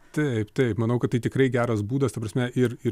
taip taip manau kad tai tikrai geras būdas ta prasme ir ir